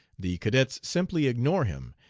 the cadets simply ignore him,